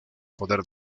poder